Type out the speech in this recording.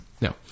No